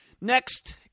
Next